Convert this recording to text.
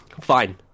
Fine